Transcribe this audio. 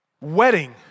wedding